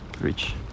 reach